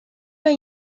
los